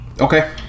Okay